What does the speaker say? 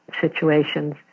situations